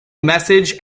message